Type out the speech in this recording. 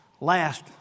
last